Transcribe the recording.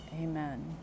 amen